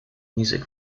music